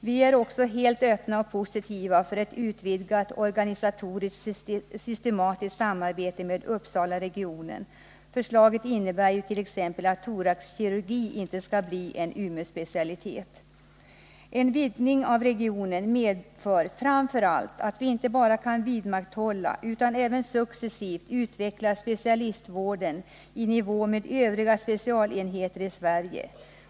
Vi är också helt öppna och positiva för ett utvidgat organisatoriskt och systematiskt samarbete med Uppsalaregionen. Förslaget innebär ju t.ex. att thoraxkirurgi inte skall bli en Umeåspecialitet. En vidgning av regionen medför framför allt att vi kan inte bara vidmakthålla utan även successivt utveckla specialistvården i nivå med övriga specialenheter i Sverige.